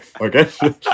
Okay